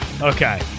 Okay